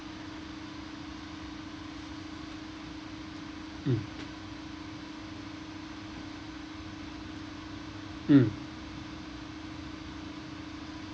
mm mm